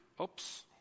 Oops